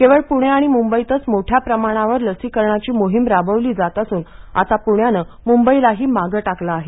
केवळ पूणे आणि मुंबईतच मोठ्या प्रमाणावर लसीकरणाची मोहीम राबवली जात असून आता प्ण्यानं मुंबईलाही मागे टाकलं आहे